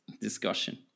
Discussion